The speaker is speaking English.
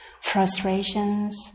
frustrations